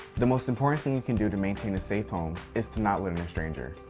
the most important thing you can do to maintain a safe home is to not let in a stranger.